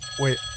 Wait